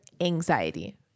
anxiety